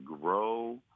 grow